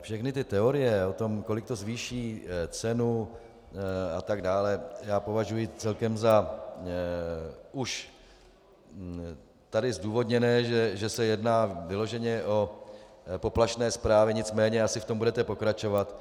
Všechny teorie o tom, kolik to zvýší cenu atd., považuji celkem za už zdůvodněné, že se jedná vyloženě o poplašné zprávy, nicméně asi v tom budete pokračovat.